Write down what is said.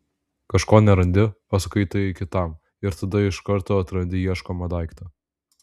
kažko nerandi pasakai tai kitam ir tada iš karto atrandi ieškomą daiktą